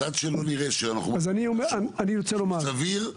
עד שלא נראה שאנחנו בונים נוסח סביר.